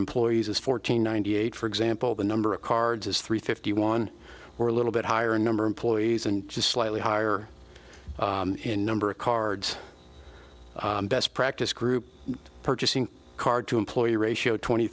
employees is fourteen ninety eight for example the number of cards is three fifty one or a little bit higher number employees and slightly higher in number of cards best practice group purchasing card to employee ratio twenty